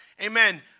amen